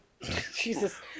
Jesus